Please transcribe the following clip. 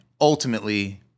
ultimately